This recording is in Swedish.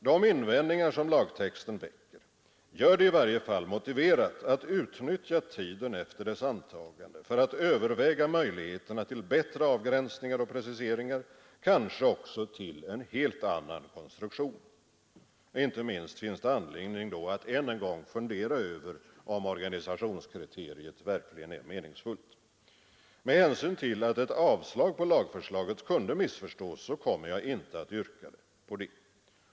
De invändningar som lagtexten väcker gör det i varje fall motiverat att utnyttja tiden efter lagens antagande för att överväga möjligheterna till bättre avgränsningar och preciseringar, kanske också till en helt annan konstruktion. Inte minst finns det då anledning att än en gång fundera över om organisationskriteriet verkligen är meningsfullt. Med hänsyn till att ett avslag på lagförslaget kunde missförstås kommer jag inte att yrka på det.